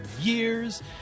years